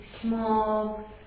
small